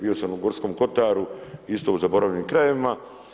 Bio sam u Gorskom kotaru isto zaboravljenim krajevima.